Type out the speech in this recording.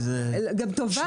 גם תובעת.